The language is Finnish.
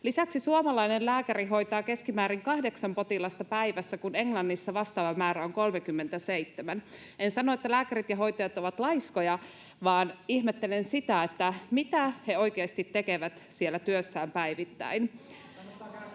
Lisäksi suomalainen lääkäri hoitaa keskimäärin kahdeksan potilasta päivässä, kun Englannissa vastaava määrä on 37. En sano, että lääkärit ja hoitajat ovat laiskoja, vaan ihmettelen sitä, mitä he oikeasti tekevät siellä työssään päivittäin.